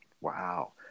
wow